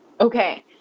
okay